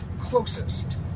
closest